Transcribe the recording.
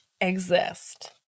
exist